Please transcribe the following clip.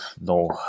no